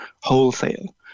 wholesale